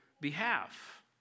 behalf